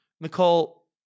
Nicole